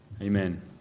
Amen